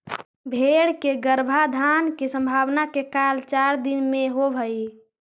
भेंड़ के गर्भाधान के संभावना के काल चार दिन के होवऽ हइ